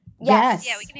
Yes